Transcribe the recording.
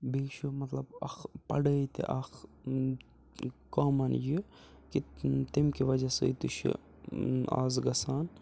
بیٚیہِ چھُ مطلب اَکھ پَڑٲے تہِ اَکھ کامَن یہِ کہِ تمہِ کہِ وَجہ سۭتۍ تہِ چھُ آز گژھان